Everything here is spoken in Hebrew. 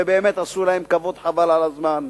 ובאמת עשו להם כבוד חבל על הזמן.